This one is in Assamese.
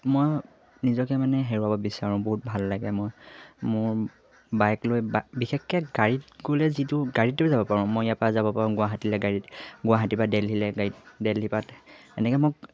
মই নিজকে মানে হেৰুৱাব বিচাৰোঁ বহুত ভাল লাগে মই মোৰ বাইক লৈ বিশেষকে গাড়ীত গ'লে যিটো গাড়ীতো যাব পাৰোঁ মই ইয়াৰ পৰা যাব পাৰোঁ গুৱাহাটীলে গাড়ীত গুৱাহাটীৰ পৰা দেলহিলে গাড়ীত দেলহিৰ পৰা এনেকে মোক